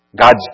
God's